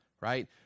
right